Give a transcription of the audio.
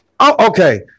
Okay